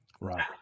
Right